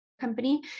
company